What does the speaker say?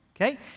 Okay